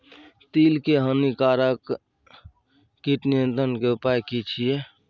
तिल के हानिकारक कीट नियंत्रण के उपाय की छिये?